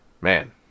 Man